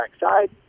backside